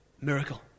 Miracle